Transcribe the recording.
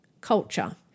Culture